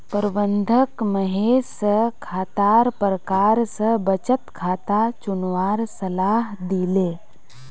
प्रबंधक महेश स खातार प्रकार स बचत खाता चुनवार सलाह दिले